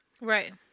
right